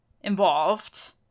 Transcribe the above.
involved